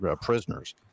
prisoners